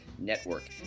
network